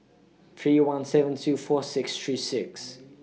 three one seven two four six three six